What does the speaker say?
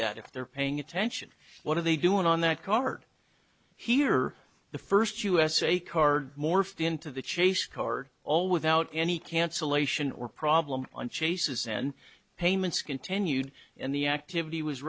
that if they're paying attention what are they doing on that card here the first usa card morphed into the chase card all without any cancellation or problem on chases and payments continued and the activity was